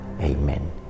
Amen